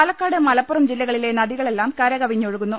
പാലക്കാട് മലപ്പുറം ജില്ലകളിലെ നദികളെല്ലാം കരകവി ഞ്ഞൊഴുകുന്നു